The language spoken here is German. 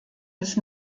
des